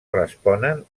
responen